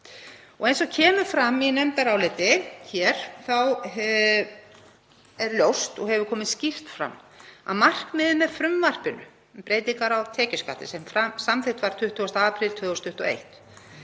Eins og kemur fram í nefndaráliti er ljóst og hefur komið skýrt fram að markmiðið með frumvarpinu um breytingar á tekjuskatti sem samþykkt var 20. apríl 2021